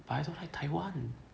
but I don't like taiwan